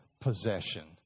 possession